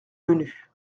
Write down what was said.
venu